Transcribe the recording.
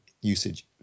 usage